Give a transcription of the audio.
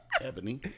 Ebony